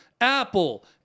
Apple